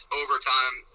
overtime